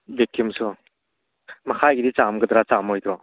ꯚꯦꯛꯀ꯭ꯌꯨꯝꯁꯨ ꯃꯈꯥꯒꯤꯗꯤ ꯆꯥꯝꯒꯗ꯭ꯔꯥ ꯆꯥꯝꯃꯣꯏꯗ꯭ꯔꯣ